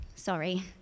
Sorry